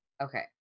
okay